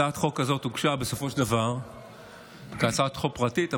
הצעת החוק הזאת הוגשה בסופו של דבר כהצעת חוק פרטית,